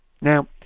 Now